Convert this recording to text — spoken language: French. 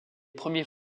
premiers